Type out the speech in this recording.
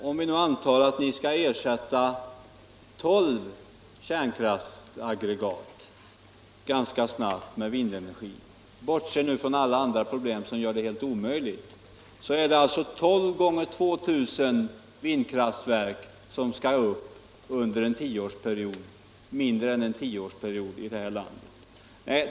Om vi antar att de 12 kärnkraftsaggregaten ganska snabbt skall ersättas med vindkraftverk — jag bortser nu från alla andra problem som gör det helt omöjligt — är det 12 gånger 2 000 vindkraftverk som skall uppföras under mindre än en tioårsperiod i det här landet.